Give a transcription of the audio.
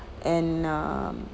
and ah